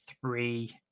three